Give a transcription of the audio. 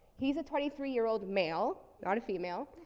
he's a twenty three year old male, not a female,